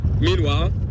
Meanwhile